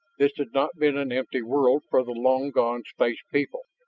this had not been an empty world for the long-gone space people.